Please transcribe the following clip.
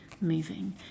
moving